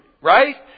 right